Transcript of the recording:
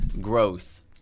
growth